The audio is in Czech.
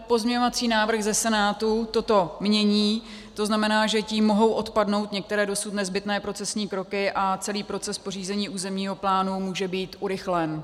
Pozměňovací návrh ze Senátu toto mění, to znamená, že tím mohou odpadnout některé dosud nezbytné procesní kroky a celý proces pořízení územního plánu může být urychlen.